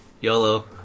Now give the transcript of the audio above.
YOLO